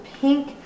pink